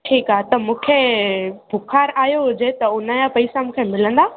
ठीकु आहे त मूंखे बुखार आयो हुजे त हुनजा पैसा मूंखे मिलंदा